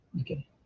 Okay